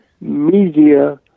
media